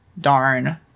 darn